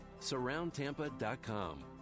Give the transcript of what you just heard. Surroundtampa.com